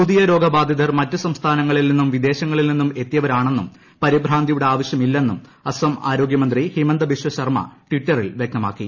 പുതിയ രോഗബാധിതർ മറ്റു സ്റ്സ്കാ്നങ്ങളിൽ നിന്നും വിദേശങ്ങളിൽ നിന്നും എത്തിയവരാണെന്നുംപരിഭ്രാന്തിയുടെ ആവശ്യമില്ലെന്നും അസം ആരോഗ്യമന്ത്രി ഹിമന്ത ബിശ്വ ശർമ ട്വിറ്ററിൽ വ്യക്തമാക്കി